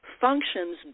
functions